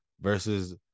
versus